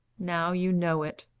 now you know it,